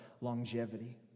longevity